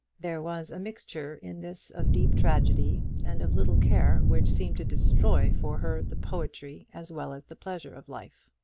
there was a mixture in this of deep tragedy and of little care, which seemed to destroy for her the poetry as well as the pleasure of life.